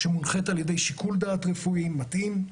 שמונחית על ידי שיקול דעת רפואי מתאים.